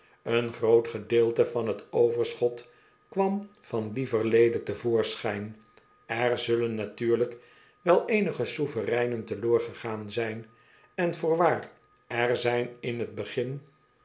opgehaald eengroot gedeelte van t overschot kwam van lieverlede te voorschijn er zullen natuurlijk wel eenige souvereinen to loor gegaan zijn en voorwaar er zijn in t begin